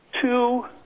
two